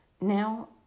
Now